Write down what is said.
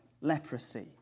leprosy